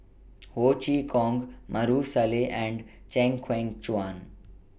Ho Chee Kong Maarof Salleh and Chew Kheng Chuan